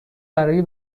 برای